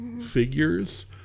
figures